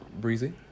breezy